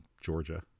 Georgia